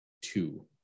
two